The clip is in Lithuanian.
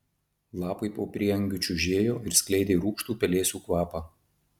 lapai po prieangiu čiužėjo ir skleidė rūgštų pelėsių kvapą